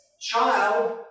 child